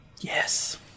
yes